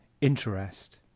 interest